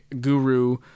guru